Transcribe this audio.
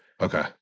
Okay